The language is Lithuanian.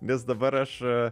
nes dabar aš